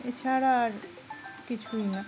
এছাড়া আর কিছুই না